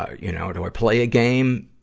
ah you know, do i play a game?